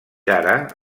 ara